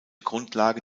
grundlage